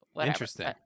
Interesting